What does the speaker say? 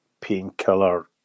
painkiller